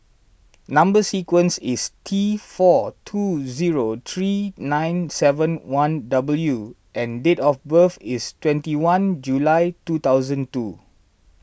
Number Sequence is T four two zero three nine seven one W and date of birth is twenty one July two thousand two